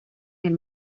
del